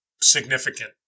significant